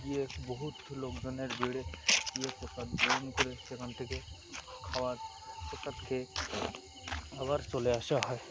বহুত লোকজনের জেড়ে গয়ে পসাদ গ্রহণ করে সেখান থেকে খাওয়ার পোসাদ খেয়ে আবার চলে আসা হয়